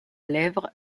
lèvre